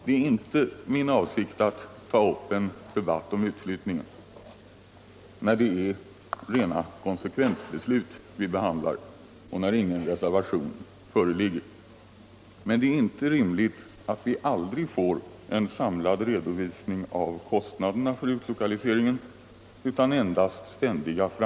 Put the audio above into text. Det är inte min avsikt att ta upp en debatt om utflyttningen när det är rena konsekvensbeslut vi behandlar och när ingen reservation föreligger, men det är inte rimligt att vi aldrig får en samlad redovisning av kostnaderna för utlokaliseringen utan endast ständiga